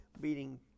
beating